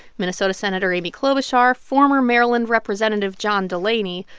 minnesota senator amy klobuchar, former maryland representative john delaney,